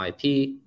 IP